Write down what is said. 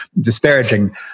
disparaging